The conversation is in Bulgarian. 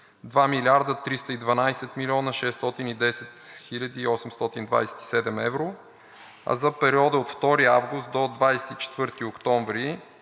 2 млрд. 312 млн. 610 хил. 827 евро, а за периода от 2 август до 24 октомври